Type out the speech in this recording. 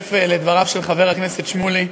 להצטרף לדבריו של חבר הכנסת שמולי,